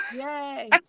Yay